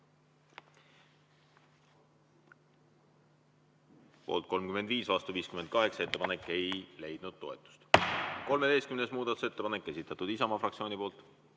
Poolt 35, vastu 58. Ettepanek ei leidnud toetust. 13. muudatusettepanek, esitatud Isamaa fraktsiooni poolt.